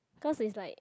cause is like